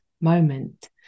moment